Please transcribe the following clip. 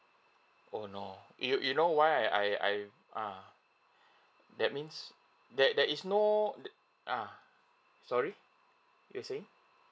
oh no you you know why I I I uh that means that there is no uh sorry you're saying